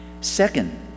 Second